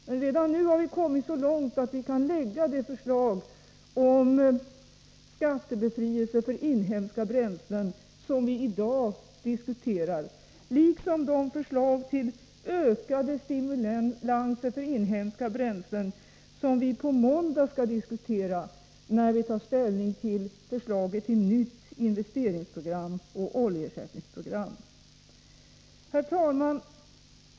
Men redan nu har vi kommit så långt att vi kunnat framlägga det förslag om skattebefrielse för inhemska bränslen som vi i dag diskuterar liksom de förslag till ökade stimulanser för inhemska bränslen som vi på måndag skall diskutera när vi tar ställning till förslaget till nytt investeringsprogram och oljeersättningsprogram. Herr talman!